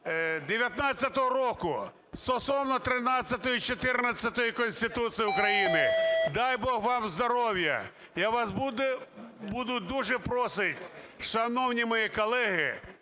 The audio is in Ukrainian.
19-го року, стосовно 13-14 Конституції України. Дай Бог вам здоров'я, я вас буду дуже просити, шановні колеги,